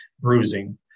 bruising